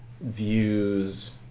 views